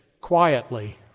quietly